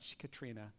Katrina